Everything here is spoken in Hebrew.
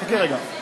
חכה רגע.